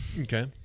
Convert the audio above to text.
Okay